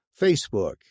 Facebook